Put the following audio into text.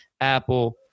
Apple